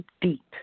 deep